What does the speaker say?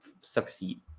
succeed